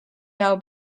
now